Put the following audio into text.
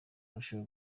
urusheho